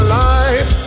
life